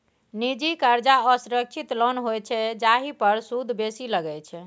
निजी करजा असुरक्षित लोन होइत छै जाहि पर सुद बेसी लगै छै